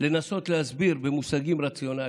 לנסות להסביר במושגים רציונליים.